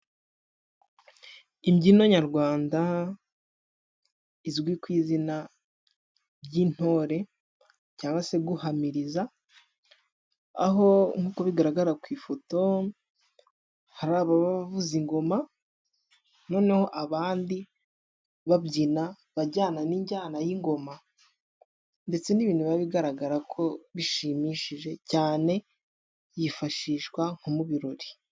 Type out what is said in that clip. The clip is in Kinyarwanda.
Imbyino nyarwanda izwi ku izina ry'intore cyangwa se guhamiriza aho nkuko bigaragara ku ifoto hari ababa bavuza ingoma, noneho abandi babyina bajyana n'injyana y'ingoma, ndetse n'ibintu biba bigaragara ko bishimishije cyane yifashishwa nko mu birori.